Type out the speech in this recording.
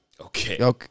Okay